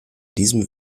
diesem